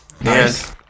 Nice